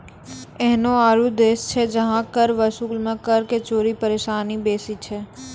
एहनो आरु देश छै जहां कर वसूलै मे कर चोरी के परेशानी बेसी छै